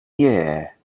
year